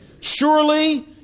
surely